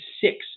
six